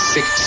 Six